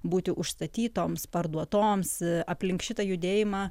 būti užstatytoms parduotoms aplink šitą judėjimą